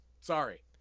Sorry